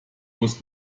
muss